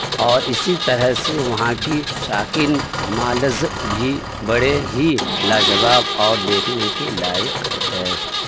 اور اسی طرح سے وہاں کی شاکن مالز بھی بڑے ہی لاجواب اور دیکھنے کے لائق ہے